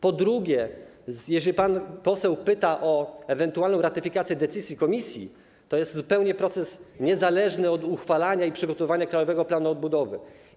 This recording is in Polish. Po drugie, jeżeli pan poseł pyta o ewentualną ratyfikację decyzji Komisji, to ten proces jest zupełnie niezależny od uchwalania i przygotowania Krajowego Planu Odbudowy.